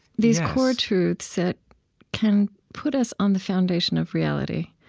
these core truths that can put us on the foundation of reality